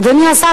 אדוני השר,